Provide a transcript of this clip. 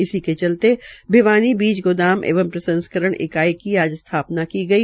इसी की चलते भिवानी बीज गोदाम एवं प्रसंस्कारण इकाई की आज स्थापना की गई